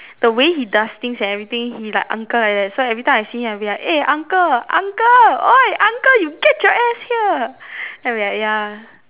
the way he does things and everything he like uncle like that so every time I see him I would be like eh uncle uncle !oi! uncle you get your ass here then we like ya